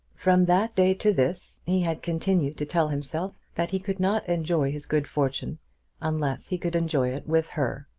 from that day to this he had continued to tell himself that he could not enjoy his good fortune unless he could enjoy it with her.